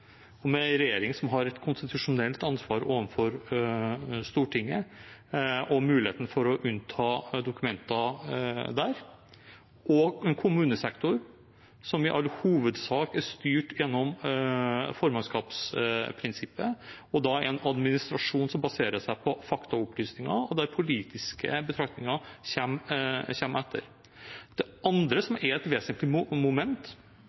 regjering som har et konstitusjonelt ansvar overfor Stortinget, og muligheten for å unnta dokumenter der, og en kommunesektor, som i all hovedsak er styrt gjennom formannskapsprinsippet og er en administrasjon som baserer seg på faktaopplysninger, og der politiske betraktninger kommer etter. Det andre, som er et vesentlig moment